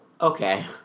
okay